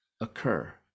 occur